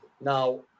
Now